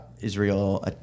Israel